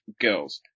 girls